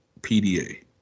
PDA